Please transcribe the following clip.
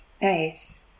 Nice